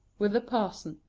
with the parson.